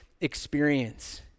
experience